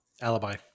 alibi